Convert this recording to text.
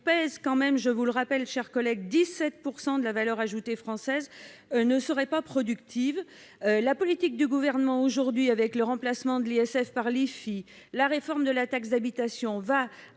pèsent tout de même, je vous le rappelle, mes chers collègues, 17 % de la valeur ajoutée française, ne seraient pas productives. La politique du Gouvernement, avec le remplacement de l'ISF par l'IFI, la réforme de la taxe d'habitation, va